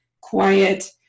quiet